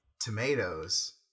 Tomatoes